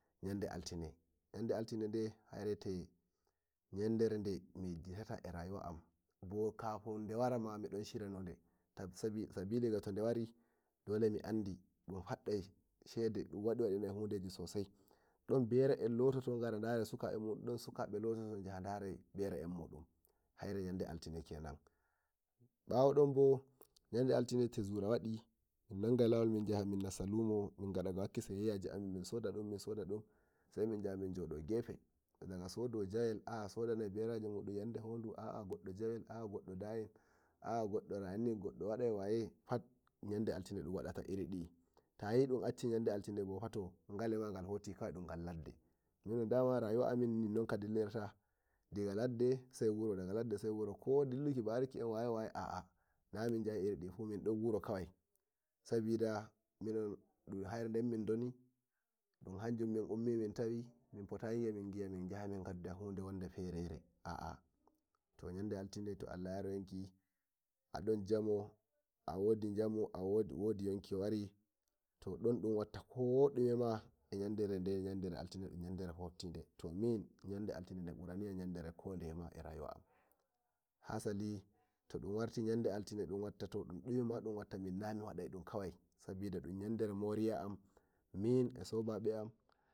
Nan de altine de haire wite miyejjitata eh rayuwa am kafin de warama midon shiyani de sabida dole mi andi dun faddai shede dun wadai hudeji sosai don bera'en lototo ngara darai sukabe mun dun sukabe lototo ngara darai be'en mun haire yande altine kenan mbawo don bo yande altine to zura wadi min nangai lawo min nassa lumo min ngada sayyayji amin min suda dum min suda dum sai in minya min jodo gefe daga sodowa jawel aa sodowa min gefe daga sodowa jamge hodu aa goddo dayin aa godo rani goɗɗo wadai waye pat yande altine dun wattadi tayi dun dacci altine bo gelema ngal hotigal ladde minom dama rayuwa amin nin non kadi kirta daga ladde sai ladde ko dilluki ba riki aa na mindo dilla irin di sabida minon dun haire min doni hanjum min ummi min tawi min potayi min bi'a minga dowa bunde fereve a to yande altine to allah yari yonki adon jamo wadi yonki wari to don dun watta ko dume ma yande altine to min yande altine buraniyam yande kode fu eh rayuwa dum kawai sabida dun yanɗere moraki am min eh soɓabe am.